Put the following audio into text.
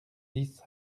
dix